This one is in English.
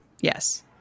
Yes